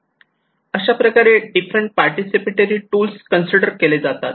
अशाप्रकारे different participatory tools consider केले जातात